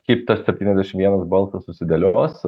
kaip tas septyniasdešimt vienas balsas susidėlios